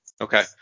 Okay